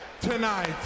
tonight